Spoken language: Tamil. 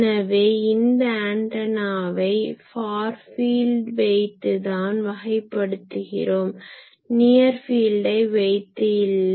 எனவே இந்த ஆன்டனாவை ஃபார் ஃபீல்டை வைத்துதான் வகை படுத்துகிறோம் நியர் ஃபீல்டை வைத்து இல்லை